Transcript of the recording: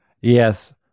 Yes